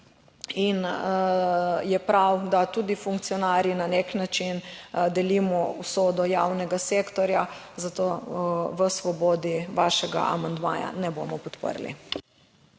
in je prav, da tudi funkcionarji na nek način delimo usodo javnega sektorja, zato v Svobodi vašega amandmaja ne bomo podprli.